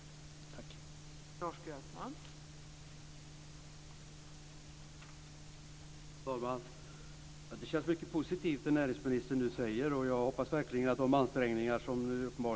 Tack!